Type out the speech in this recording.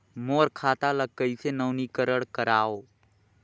मोर खाता ल कइसे नवीनीकरण कराओ?